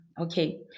okay